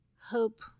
hope